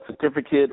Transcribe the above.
certificate